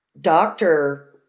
doctor